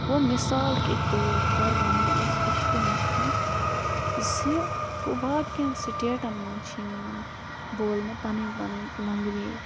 گوٚو مِثال کے طور پَر وَنو أسۍ یِتھ کٔنٮ۪تھ زِ گوٚو باقیَن سِٹیٹَن منٛز چھِ یِوان بولنہٕ پَنٕنۍ پَنٕنۍ لنٛگوے